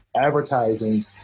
advertising